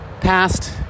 past